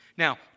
Now